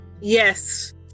Yes